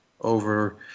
over